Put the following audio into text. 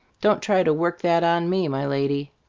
don't try to work that on me, my lady.